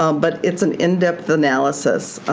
um but it's an in-depth analysis.